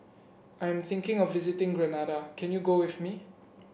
I am thinking of visiting Grenada can you go with me